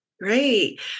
Great